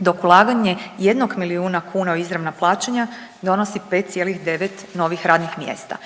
dok ulaganje jednog milijuna kuna u izravna plaćanja donosi 5,9 novih radnih mjesta.